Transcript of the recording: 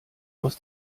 aus